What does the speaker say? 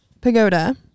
pagoda